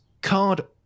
card